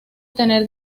tener